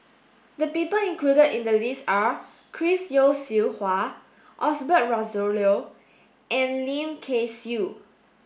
the people included in the list are Chris Yeo Siew Hua Osbert Rozario and Lim Kay Siu